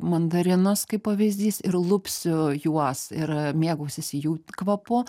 mandarinus kaip pavyzdys ir lupsiu juos ir mėgausiuosi jų kvapu